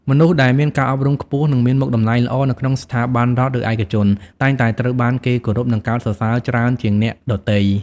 មនុស្សដែលមានការអប់រំខ្ពស់និងមានមុខតំណែងល្អនៅក្នុងស្ថាប័នរដ្ឋឬឯកជនតែងតែត្រូវបានគេគោរពនិងកោតសរសើរច្រើនជាងអ្នកដទៃ។